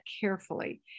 carefully